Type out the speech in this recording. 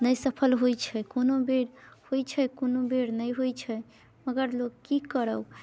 नहि सफल होइ छै कोनो बेर होइ छै कोनो बेर नहि होइ छै मगर लोक की करौ